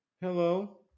Hello